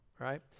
right